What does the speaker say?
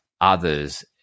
others